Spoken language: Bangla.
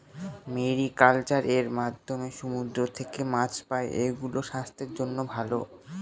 মেরিকালচার এর মাধ্যমে সমুদ্র থেকে মাছ পাই, সেগুলো স্বাস্থ্যের জন্য ভালো